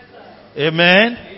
Amen